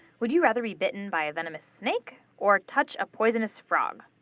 would you rather be bitten by a venomous snake or touch a poisonous frog?